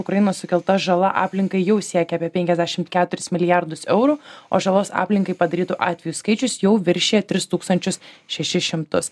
ukrainos sukelta žala aplinkai jau siekia apie penkiasdešimt keturis milijardus eurų o žalos aplinkai padarytų atvejų skaičius jau viršija tris tūkstančius šešis šimtus